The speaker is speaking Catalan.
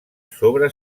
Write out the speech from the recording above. sobre